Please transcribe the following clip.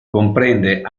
comprende